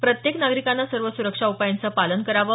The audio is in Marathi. प्रत्येक नागरिकाने सर्व सुरक्षा उपायांचं पालन करावं